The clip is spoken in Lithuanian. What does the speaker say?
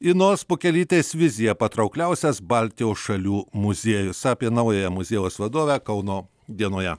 inos pukelytės viziją patraukliausias baltijos šalių muziejus apie naująją muziejaus vadovę kauno dienoje